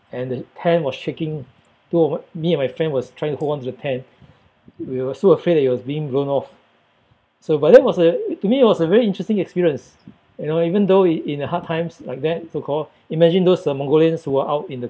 and the tent was shaking two of us me and my friend was trying to hold on to the tent we were so afraid that it was being blown off so but that was a to me it was a very interesting experience you know even though in in a hard times like that so called imagine those uh mongolians who are out in the